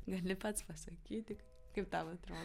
gali pats pasakyti kaip tau atro